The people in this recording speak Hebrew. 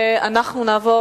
אנחנו נעבור,